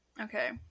Okay